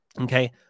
okay